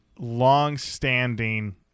Long-standing